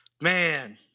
Man